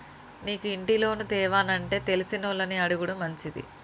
నీకు ఇంటి లోను తేవానంటే తెలిసినోళ్లని అడుగుడు మంచిది